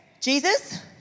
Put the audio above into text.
Jesus